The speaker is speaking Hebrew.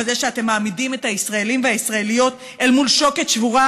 אבל זה שאתם מעמידים את הישראלים והישראליות אל מול שוקת שבורה,